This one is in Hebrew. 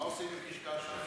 מה עושים עם קישקשתא?